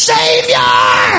Savior